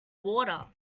water